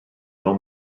jean